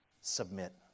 submit